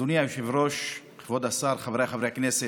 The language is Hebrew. אדוני היושב-ראש, כבוד השר, חבריי חברי הכנסת,